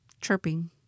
Chirping